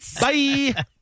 Bye